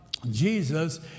Jesus